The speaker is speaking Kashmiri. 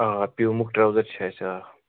آ پیوٗمہُک ٹرٛوزَر چھِ اَسہِ آ